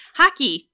hockey